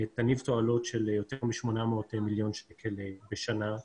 יניב תועלות של יותר מ-800 מיליון שקל בשנה,